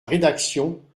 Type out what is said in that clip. rédaction